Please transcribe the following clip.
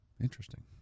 Interesting